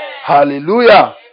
Hallelujah